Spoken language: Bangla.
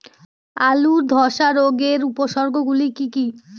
আলুর ধ্বসা রোগের উপসর্গগুলি কি কি?